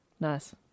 Nice